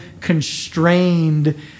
constrained